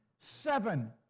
Seven